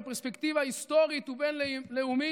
בפרספקטיבה היסטורית ובין-לאומית,